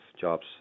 jobs